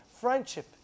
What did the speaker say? friendship